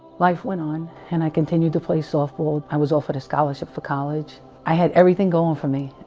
life went on and i continued to play softball i was offered a scholarship for college i had everything going for me